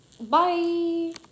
bye